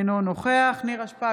אינו נוכח נירה שפק,